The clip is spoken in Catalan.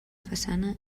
façana